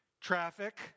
Traffic